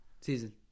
Season